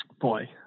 boy